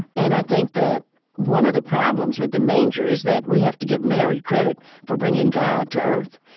and i think that one of the problems with the manger is that we have to give mary credit for bringing god to earth.